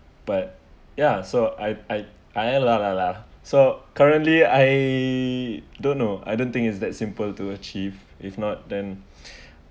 but ya so I I I uh lah lah lah so currently I don't know I don't think is that simple to achieve if not then